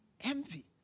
Envy